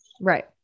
Right